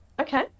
Okay